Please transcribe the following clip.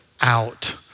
out